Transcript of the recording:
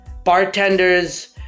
bartenders